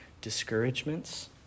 discouragements